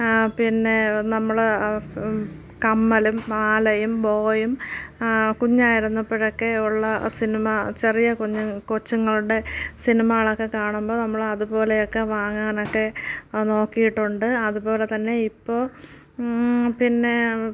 ആ പിന്നെ നമ്മൾ കമ്മലും മാലയും ബോയും കുഞ്ഞായിരുന്നപ്പോൾ ഒക്കെയുള്ള സിനിമ ചെറിയ കുഞ്ഞ് കൊച്ചുങ്ങളുടെ സിനിമകളൊക്കെ കാണുമ്പോൾ നമ്മളതുപോലെയൊക്കെ വാങ്ങാനൊക്കെ അ നോക്കിയിട്ടുണ്ട് അതുപോലെത്തന്നെ ഇപ്പോൾ പിന്നെ